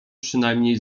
przynajmniej